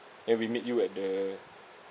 then we meet you at the